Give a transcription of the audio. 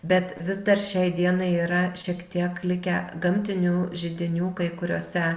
bet vis dar šiai dienai yra šiek tiek likę gamtinių židinių kai kuriose